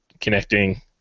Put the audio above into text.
connecting